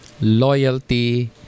loyalty